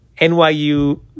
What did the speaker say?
NYU